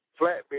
Flatbed